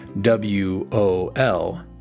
W-O-L